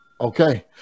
Okay